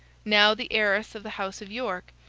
now the heiress of the house of york,